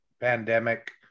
Pandemic